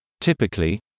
Typically